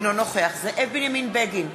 אינו נוכח זאב בנימין בגין,